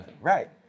Right